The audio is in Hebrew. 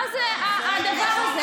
בחייאת, זה כאילו, זה הדגל שלנו.